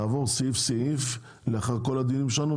נעבור סעיף-סעיף לאחר כל הדיונים שלנו,